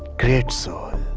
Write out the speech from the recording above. great soul.